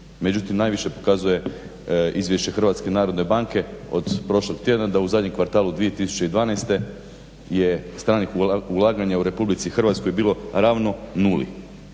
Međutim, najviše pokazuje izvješće Hrvatske narodne banke od prošlog tjedna da u zadnjem kvartalu 2012. je stalnih ulaganja u RH bilo ravno 0.